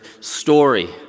story